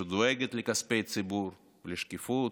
שדואגת לכספי ציבור, לשקיפות,